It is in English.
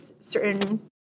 certain